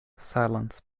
silence